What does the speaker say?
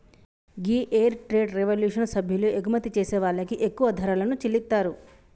గీ fair trade revolution సభ్యులు ఎగుమతి చేసే వాళ్ళకి ఎక్కువ ధరలను చెల్లితారు